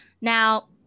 now